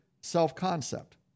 self-concept